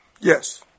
Yes